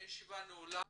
הישיבה נעולה.